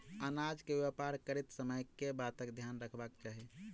अनाज केँ व्यापार करैत समय केँ बातक ध्यान रखबाक चाहि?